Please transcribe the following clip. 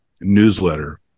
newsletter